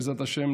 בעזרת השם,